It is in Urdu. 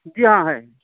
جی ہاں ہے